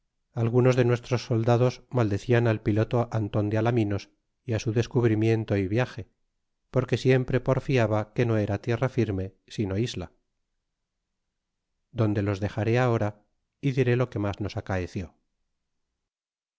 algunos de nuestros soldados maldecían al pilo to anton do alaminos y á su descubrimiento y lago porque siempre porfiaba que no era tierra firme sino isla donde los dexaré ahora y diré lo que mas nos acaeció